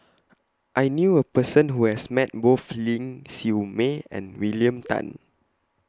I knew A Person Who has Met Both Ling Siew May and William Tan